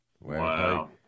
Wow